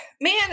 man